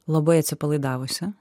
labai atsipalaidavusi